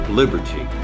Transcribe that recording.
liberty